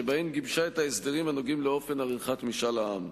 שבהן גיבשה את ההסדרים הנוגעים לאופן עריכת משאל העם,